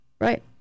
Right